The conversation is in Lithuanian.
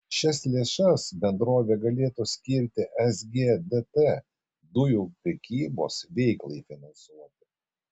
šias lėšas bendrovė galėtų skirti sgdt dujų prekybos veiklai finansuoti